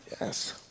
Yes